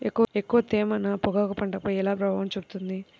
ఎక్కువ తేమ నా పొగాకు పంటపై ఎలా ప్రభావం చూపుతుంది?